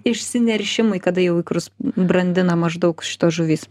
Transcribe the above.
išsineršimui kada jau ikrus brandina maždaug šitos žuvys